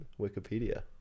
Wikipedia